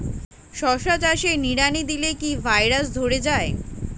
শশা চাষে নিড়ানি দিলে কি ভাইরাস ধরে যায়?